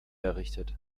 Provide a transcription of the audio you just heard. errichtet